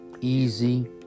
easy